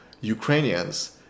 Ukrainians